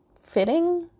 fitting